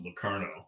Lucarno